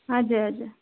हजुर हजुर